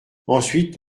ensuite